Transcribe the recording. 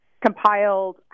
compiled